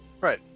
Right